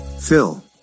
Phil